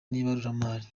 n’ibaruramari